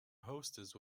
hostess